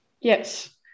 yes